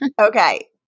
okay